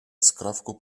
skrawku